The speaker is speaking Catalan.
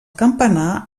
campanar